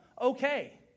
Okay